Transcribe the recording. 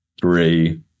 three